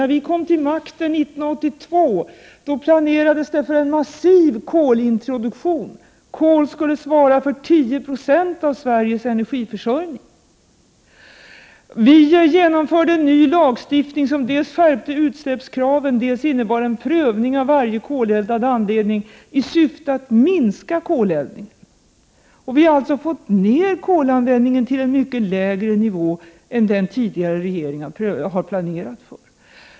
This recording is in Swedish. När vi kom till makten 1982 planerades det för en massiv kolintroduktion. Kol skulle svara för 10 96 av Sveriges energiförsörjning. Vi genomförde en ny lagstiftning som dels skärpte utsläppskraven, dels innebar en prövning av varje koleldad anläggning i syfte att minska koleldningen. Vi har fått ner kolanvändningen till en mycket lägre nivå än vad den tidigare regeringen hade planerat.